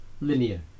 linear